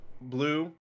blue